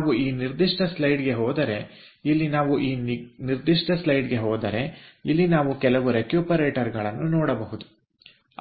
ನಾವು ಈ ನಿರ್ದಿಷ್ಟ ಸ್ಲೈಡ್ಗೆ ಹೋದರೆ ಇಲ್ಲಿ ನಾವು ಈ ನಿರ್ದಿಷ್ಟ ಸ್ಲೈಡ್ಗೆ ಹೋದರೆ ಇಲ್ಲಿ ನಾವು ಕೆಲವು ರೆಕ್ಯೂಪರೇಟರ್ ಗಳನ್ನು ನೋಡಬಹುದು